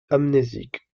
amnésique